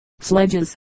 sledges